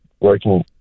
working